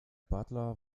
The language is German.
butler